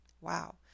Wow